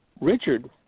Richard